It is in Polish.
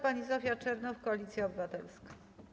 Pani Zofia Czernow, Koalicja Obywatelska.